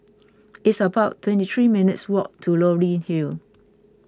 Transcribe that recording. it's about twenty three minutes' walk to Leonie Hill